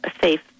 safe